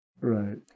Right